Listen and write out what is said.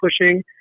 pushing